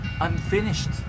unfinished